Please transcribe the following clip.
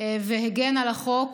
והגן על החוק.